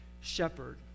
Shepherd